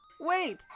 Wait